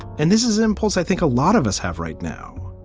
and this is impulse i think a lot of us have right now.